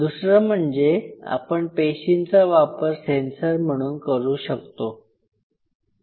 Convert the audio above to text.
दुसरं म्हणजे आपण पेशींचा वापर सेन्सर म्हणून करू शकतो